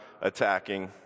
attacking